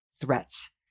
threats